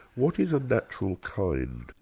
what is a natural kind?